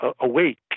awake